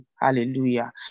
Hallelujah